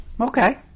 Okay